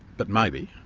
but maybe,